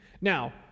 Now